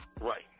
Right